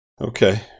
Okay